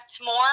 more